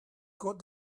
got